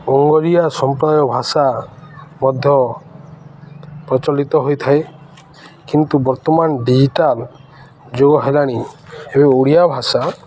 ଅଙ୍ଗରିଆ ସମ୍ପ୍ରଦାୟ ଭାଷା ମଧ୍ୟ ପ୍ରଚଳିତ ହୋଇଥାଏ କିନ୍ତୁ ବର୍ତ୍ତମାନ ଡିଜିଟାଲ ଯୁଗ ହେଲାଣି ଏବେ ଓଡ଼ିଆ ଭାଷା